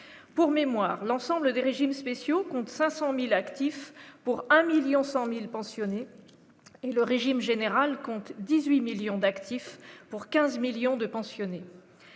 pour mémoire, l'ensemble des régimes spéciaux, compte 500000 actifs pour 1 1000000 100 1000 pensionnés et le régime général compte 18 millions d'actifs pour 15 millions de pensionnés,